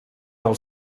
del